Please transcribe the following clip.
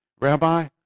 Rabbi